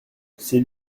c’est